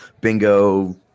bingo